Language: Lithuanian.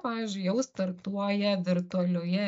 pavyzdžiui jau startuoja virtualioje